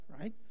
right